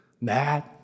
mad